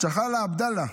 צח'לה עבדאללה,